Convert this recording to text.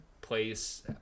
place